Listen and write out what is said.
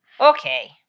Okay